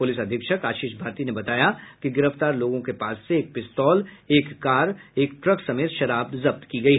police अधीक्षक आशीष भारती ने बताया कि गिरफ्तार लोगों के पास से एक पिस्तौल एक कार एक ट्रक समेत शराब जब्त की गयी